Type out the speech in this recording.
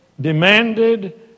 demanded